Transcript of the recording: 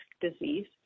disease